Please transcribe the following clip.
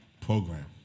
program